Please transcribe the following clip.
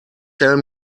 tell